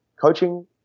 coaching